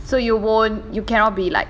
so you won't you cannot be like